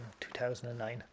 2009